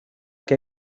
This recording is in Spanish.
que